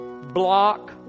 block